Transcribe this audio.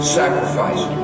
sacrifice